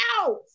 out